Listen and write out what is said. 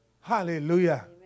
Hallelujah